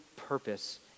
purpose